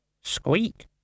Squeak